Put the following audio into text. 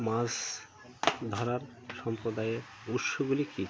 মাছ ধরার সম্প্রদায়ের উৎসগুলি কী